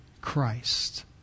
Christ